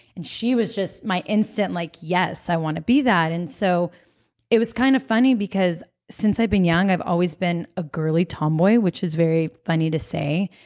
and she was just my instant, like yes, i want to be that. and so it was kind of funny because since i've been young, i've always been a girly tomboy which is very funny to say,